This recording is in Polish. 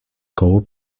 koło